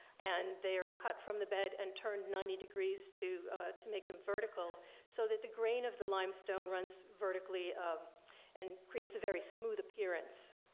and they are cut from the bed and turned ninety degrees to to make them vertical so that the grain of the limestone runs vertically and creates a very smooth appearance.